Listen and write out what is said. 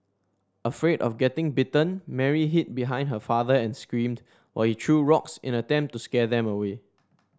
afraid of getting bitten Mary hid behind her father and screamed while he threw rocks in attempt to scare them away